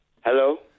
Hello